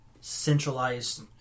centralized